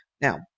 Now